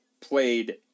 played